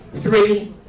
Three